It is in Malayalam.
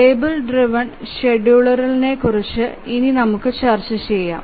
ടേബിൾ ഡ്രൈവ്എൻ ഷെഡ്യൂളറിനെക്കുറിച്ച് നമുക്ക് ചർച്ച ചെയ്യാം